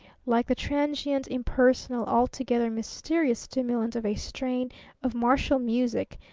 like the transient, impersonal, altogether mysterious stimulant of a strain of martial music,